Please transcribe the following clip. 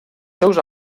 seus